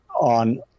on